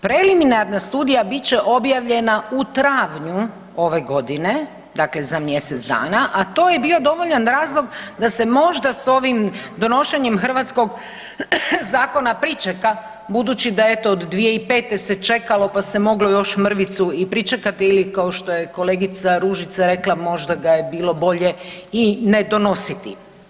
Preliminarna studija bit će objavljena u travnju ove godine, dakle za mjesec dana, a to je bio dovoljan razlog da se možda s ovim donošenjem hrvatskog zakona pričeka, budući da eto od 2005.se čekalo pa se moglo još mrvicu pričekati ili kao što je kolegica Ružica rekla možda ga je bilo bolje i ne donositi.